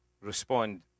respond